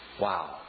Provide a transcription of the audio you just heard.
wow